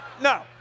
No